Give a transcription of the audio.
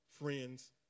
friends